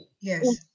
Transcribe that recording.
yes